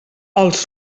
els